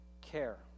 care